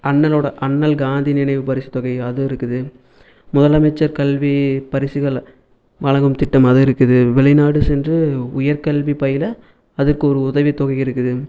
அண்ணலோடய அண்ணல் காந்தி நினைவு பரிசுத்தொகை அதுவும் இருக்குது முதலமைச்சர் கல்வி பரிசுகள் வழங்கும் திட்டம் அதுவும் இருக்குது வெளிநாடு சென்று உயர்கல்வி பயில அதுக்கும் ஒரு உதவித்தொகை இருக்குது